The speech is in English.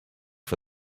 for